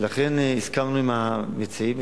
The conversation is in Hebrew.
ולכן הסכמנו עם המציעים.